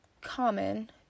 common